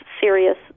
serious